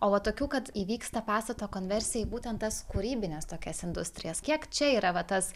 o vat tokių kad įvyksta pastato konversija į būtent tas kūrybines tokias industrijas kiek čia yra va tas